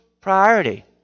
priority